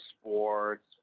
sports